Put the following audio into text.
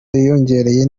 yariyongereye